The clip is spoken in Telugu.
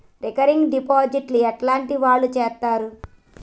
రికరింగ్ డిపాజిట్ ఎట్లాంటి వాళ్లు చేత్తరు?